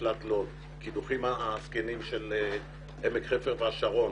הקידוחים הזקנים של עמק חפר והשרון,